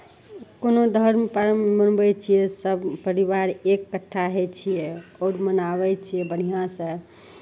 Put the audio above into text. कोनो धर्म पर्व मनबै छियै सभ परिवार एकट्ठा होइ छियै आओर मनाबै छियै बढ़िआँसँ